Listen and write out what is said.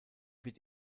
wird